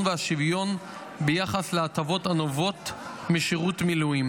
והשוויון ביחס להטבות הנובעות משירות מילואים.